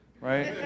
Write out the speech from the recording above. right